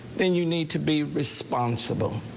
then you need to be responsible.